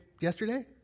yesterday